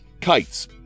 Kites